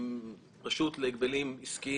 כשהוצאנו את כרטיסי האשראי